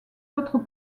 autres